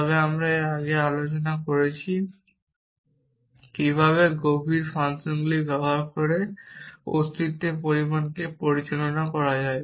তবে আমরা আগে আলোচনা করেছি কিভাবে গম্ভীর ফাংশনগুলি ব্যবহার করে অস্তিত্বের পরিমাণকে পরিচালনা করা যায়